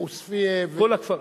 עוספיא, כל הכפרים.